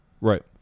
Right